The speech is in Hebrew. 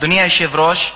אדוני היושב-ראש,